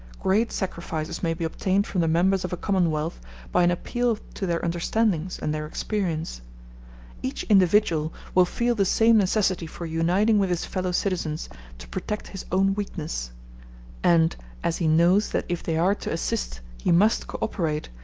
great sacrifices may be obtained from the members of a commonwealth by an appeal to their understandings and their experience each individual will feel the same necessity for uniting with his fellow-citizens to protect his own weakness and as he knows that if they are to assist he must co-operate,